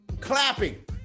Clapping